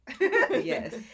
Yes